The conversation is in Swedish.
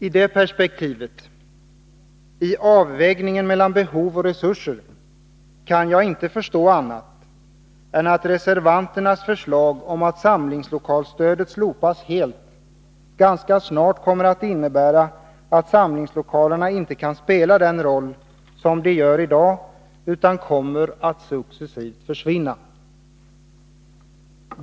I det perspektivet — i avvägningen mellan behov och resurser — kan jag inte förstå annat än att reservanternas förslag om att samlingslokalstödet slopas ganska snart kommer att innebära att samlingslokalerna inte kan spela den roll som de gör i dag, utan att de kommer att successivt försvinna.